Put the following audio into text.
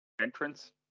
entrance